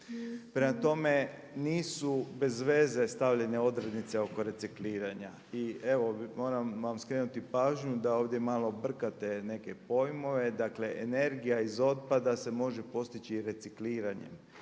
Prema tome, nisu bezveze stavljene odrednice oko recikliranja i evo moram vam skrenuti pažnju da ovdje malo brkate neke pojmove, dakle energija iz otpada se može postići i recikliranjem